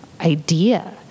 idea